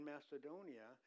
Macedonia